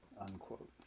unquote